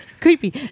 Creepy